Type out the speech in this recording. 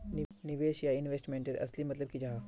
निवेश या इन्वेस्टमेंट तेर असली मतलब की जाहा?